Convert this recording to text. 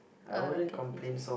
uh cafes